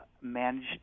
managed